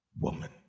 woman